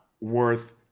worth